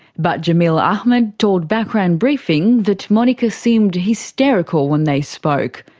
but jameel ahmed told background briefing that monika seemed hysterical when they spoke.